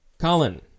Colin